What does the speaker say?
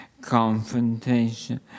confrontation